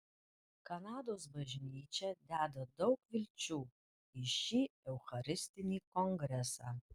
kanados bažnyčia deda daug vilčių į šį eucharistinį kongresą